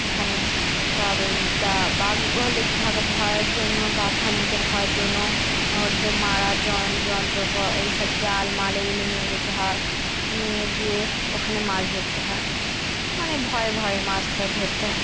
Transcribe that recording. ওখানে তবে তা বাঘ ভাল্লুক থাকা ভয়ের জন্য বাঘ ভাল্লুকের ভয়ের জন্য ওদের মারা যন্ত্রপ এই সব জাল মাল এগুলো নিয়ে যেতে হয় নিয়ে গিয়ে ওখানে মাছ ধরতে হয় মানে ভয়ে ভয়ে মাছটা ধরতে হয়